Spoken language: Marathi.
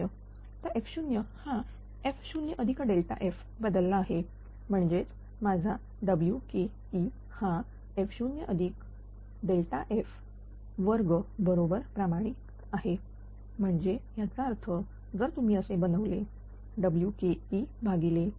आताf0 हा f0f बदलला आहे म्हणजेच माझा Wke हा f0f2 बरोबर प्रमाणित आहे म्हणजेच याचा अर्थ जर तुम्ही असे बनवले